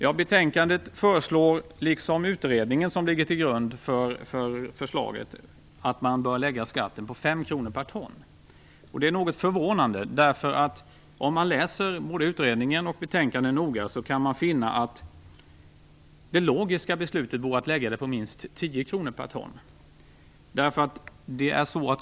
I betänkandet föreslås, liksom i den utredning som ligger till grund för förslaget, att man bör lägga skatten på 5 kr per ton. Det är något förvånande. I utredningen och betänkandet kan man nämligen finna att det logiska beslutet vore att lägga den på minst 10 kr per ton.